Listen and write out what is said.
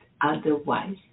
otherwise